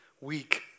week